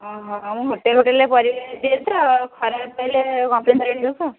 ହଁ ହଁ ମୁଁ ହୋଟେଲ ପରିବା ଖରାପ ପହଲେ କମ୍ପ୍ଲେନ୍